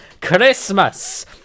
Christmas